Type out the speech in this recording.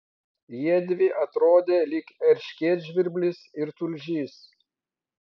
jiedvi atrodė lyg erškėtžvirblis ir tulžys